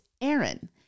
Aaron